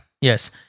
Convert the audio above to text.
Yes